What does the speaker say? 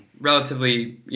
relatively